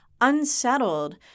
unsettled